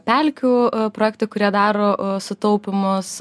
pelkių projektai kurie daro sutaupymus